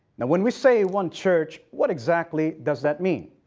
now when we say one church, what exactly does that mean?